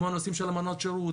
כמו הנושאים של אמנת שירות,